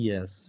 Yes